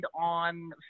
on